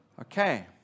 Okay